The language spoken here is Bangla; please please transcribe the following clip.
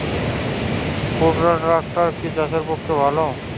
কুবটার ট্রাকটার কি চাষের পক্ষে ভালো?